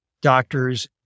doctors